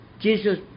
Jesus